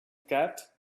cat